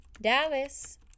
Dallas